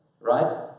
right